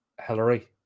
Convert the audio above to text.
Hillary